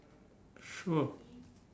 sure